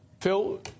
Phil